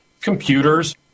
computers